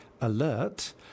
alert